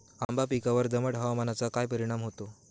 आंबा पिकावर दमट हवामानाचा काय परिणाम होतो?